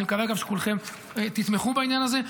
אני מקווה גם שכולכם תתמכו בעניין הזה,